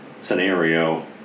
scenario